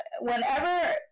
whenever